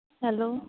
hello